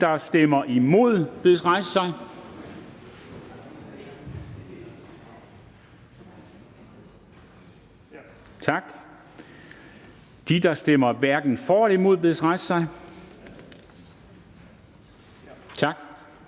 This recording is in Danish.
der stemmer imod, bedes rejse sig. Tak. De medlemmer, der stemmer hverken for eller imod, bedes rejse sig. Tak.